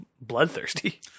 bloodthirsty